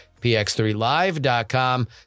px3live.com